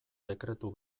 dekretu